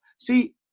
See